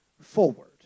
forward